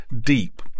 deep